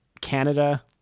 Canada